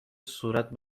صورت